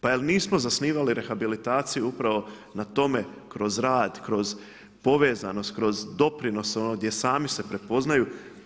Pa jel' nismo zasnivali rehabilitaciju upravno na tome kroz rad, kroz povezanost, kroz doprinose ono gdje sami se prepoznaju.